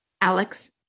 Alex